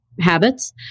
habits